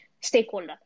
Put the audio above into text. stakeholder